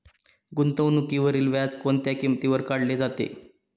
गुंतवणुकीवरील व्याज कोणत्या किमतीवर काढले जाते?